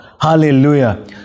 Hallelujah